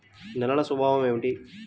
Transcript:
నేలల స్వభావం ఏమిటీ?